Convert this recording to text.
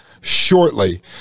shortly